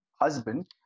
husband